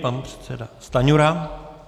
Pan předseda Stanjura.